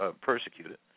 persecuted